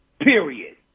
period